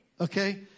Okay